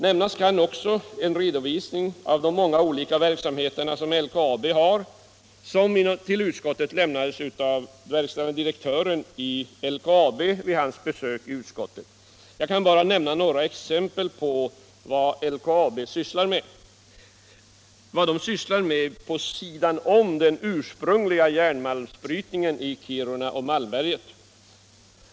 Nämnas kan också den redovisning av LKAB:s många olika verksamheter som lämnades av verkställande direktören i LKAB vid hans besök i utskottet. Jag kan bara ge några exempel på vad LKAB sysslar med vid sidan om den ursprungliga järnmalmsbrytningen i Kiruna och Malmberget.